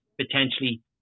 potentially